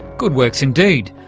good works indeed,